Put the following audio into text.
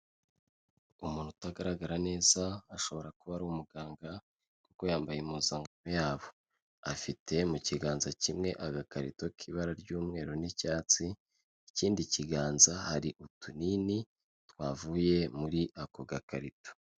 Umuntu utagaragara neza, ashobora kuba ari umuganga kuko yambaye impuzankano yabo, afite mu kiganza kimwe agakarito k'ibara ry'umweru n'icyatsi, ikindi kiganza hari utunini twavuye muri ako gakarito.